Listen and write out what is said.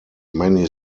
many